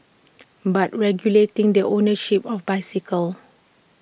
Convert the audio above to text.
but regulating the ownership of bicycles